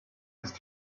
ist